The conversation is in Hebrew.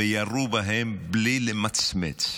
וירו בהם בלי למצמץ.